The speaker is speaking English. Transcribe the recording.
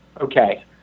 Okay